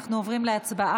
אנחנו עוברים להצבעה.